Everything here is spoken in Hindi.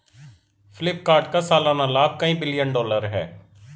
फ्लिपकार्ट का सालाना लाभ कई बिलियन डॉलर है